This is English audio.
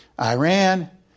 Iran